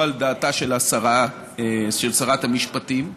לא על דעתה של שרת המשפטים: